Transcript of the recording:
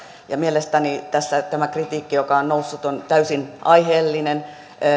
ja mielestäni tämä kritiikki joka on noussut on täysin aiheellinen